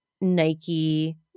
Nike